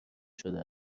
شده